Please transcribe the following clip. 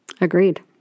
Agreed